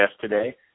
today